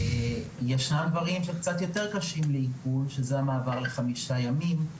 ישנם דברים קצת יותר קשים לעיכול וזה המעבר לחמישה ימים.